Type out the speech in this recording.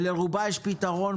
לרובה יש פתרון.